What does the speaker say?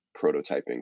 prototyping